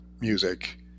music